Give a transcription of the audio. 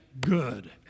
good